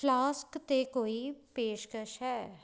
flask 'ਤੇ ਕੋਈ ਪੇਸ਼ਕਸ਼ ਹੈ